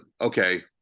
okay